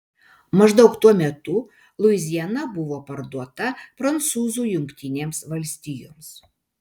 maždaug tuo metu luiziana buvo parduota prancūzų jungtinėms valstijoms